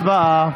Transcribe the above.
הצבעה.